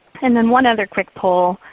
and then one other quick poll,